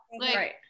right